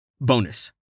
Bonus